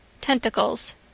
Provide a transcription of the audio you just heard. Tentacles